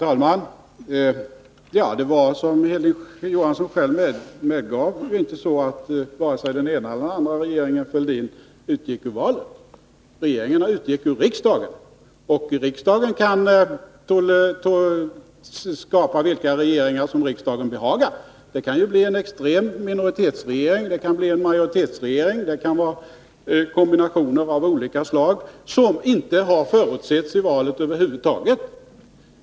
Herr talman! Det var, som Hilding Johansson medgav, inte så att vare sig den ena eller den andra regeringen Fälldin utgick ur valen. Regeringarna utgick ur riksdagen, och riksdagen kan skapa vilka regeringar riksdagen behagar. Det kan bli en ren minoritetsregering, det kan bli en majoritetsregering, det kan vara kombinationer av olika slag, som inte har förutsetts i valet över huvud taget.